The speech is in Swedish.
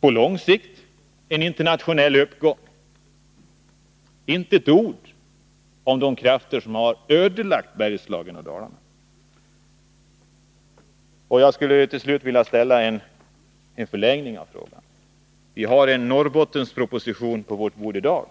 På lång sikt är svaret en internationell uppgång. Det sägs inte ett ord om de krafter som har ödelagt Bergslagen och Dalarna. Jag skulle till slut vilja ställa en följdfråga. Vi har en Norrbottensproposition på vårt bord i dag.